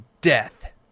death